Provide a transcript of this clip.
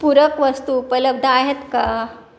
पूरक वस्तू उपलब्ध आहेत का